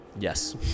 Yes